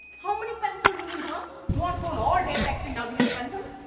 how many pencils you need, huh? you on phone all day texting, now you need a pencil?